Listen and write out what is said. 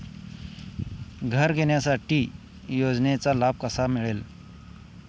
घर घेण्यासाठी योजनेचा लाभ कसा मिळेल?